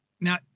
now